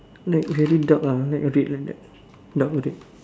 like very dark lah like red like that dark red